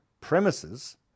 premises